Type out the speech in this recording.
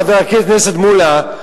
חבר הכנסת מולה,